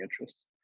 interests